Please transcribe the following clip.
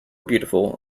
beautiful